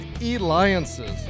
alliances